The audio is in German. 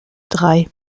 drei